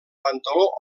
pantaló